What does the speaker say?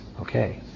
Okay